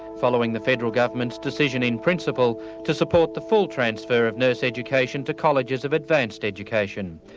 following the federal government's decision in principle to support the full transfer of nurse education to colleges of advanced education.